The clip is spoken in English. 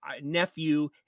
nephew